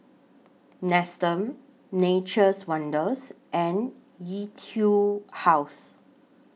Nestum Nature's Wonders and Etude House